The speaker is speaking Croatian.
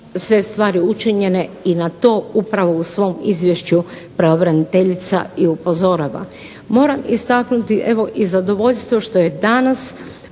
sve stvari učinjene i na to upravo u svom izvješću pravobraniteljica i upozorava. Moram istaknuti evo i zadovoljstvo što je danas